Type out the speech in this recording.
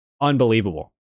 unbelievable